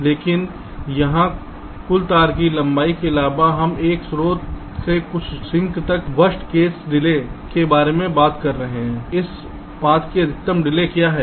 लेकिन यहां कुल तार की लंबाई के अलावा हम एक स्रोत से कुछ सिंक तक वर्स्ट केस डिले के बारे में भी बात कर रहे हैं इस पाथ की अधिकतम डिले क्या है